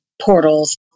portals